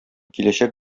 киләчәк